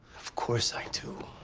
of course i do.